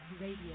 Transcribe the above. Radio